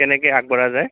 কেনেকৈ আগবঢ়া যায়